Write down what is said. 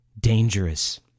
dangerous